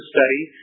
Study